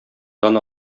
дан